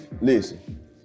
listen